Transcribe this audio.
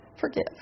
forgive